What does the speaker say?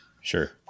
Sure